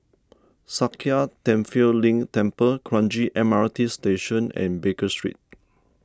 Sakya Tenphel Ling Temple Kranji M R T Station and Baker Street